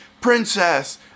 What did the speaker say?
princess